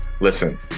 Listen